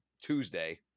Tuesday